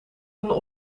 een